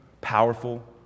powerful